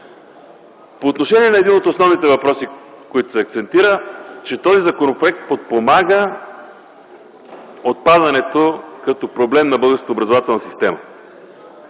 По отношение на един от основните въпроси, върху които се акцентира – че законопроектът подпомага отпадането като проблем на българската образователна система.